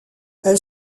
elle